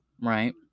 right